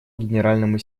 генеральному